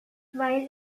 while